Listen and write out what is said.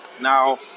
Now